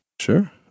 Sure